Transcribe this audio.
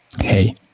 hey